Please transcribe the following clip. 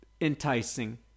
Enticing